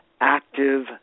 active